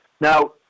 Now